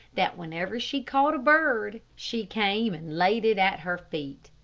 that whenever she caught a bird, she came and laid it at her feet.